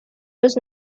los